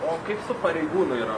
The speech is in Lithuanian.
o kaip su pareigūnų yra